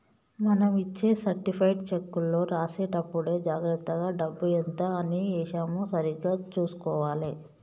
మనం ఇచ్చే సర్టిఫైడ్ చెక్కులో రాసేటప్పుడే జాగర్తగా డబ్బు ఎంత అని ఏశామో సరిగ్గా చుసుకోవాలే